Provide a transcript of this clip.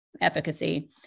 efficacy